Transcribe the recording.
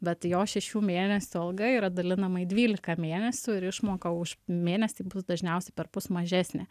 bet jo šešių mėnesių alga yra dalinama į dvylika mėnesių ir išmoka už mėnesį bus dažniausiai perpus mažesnė